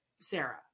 Sarah